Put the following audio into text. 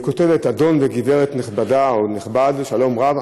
היא כותבת: אדון וגברת נכבד/ה, שלום רב.